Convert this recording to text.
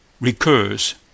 recurs